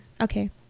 Okay